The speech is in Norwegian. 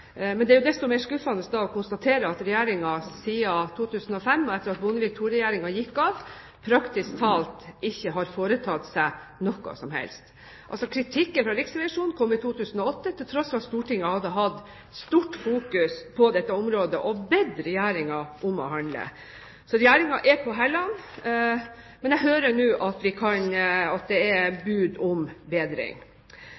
desto mer skuffende å konstatere at Regjeringen siden 2005, etter at Bondevik II-regjeringen gikk av, praktisk talt ikke har foretatt seg noe som helst. Kritikken fra Riksrevisjonen kom i 2008, til tross for at Stortinget hadde fokusert sterkt på dette området og hadde bedt Regjeringen om å handle. Så Regjeringen er på hælene. Men jeg hører nå bud om bedring. Fra Senter for leseforskning hører vi